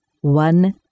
One